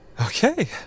Okay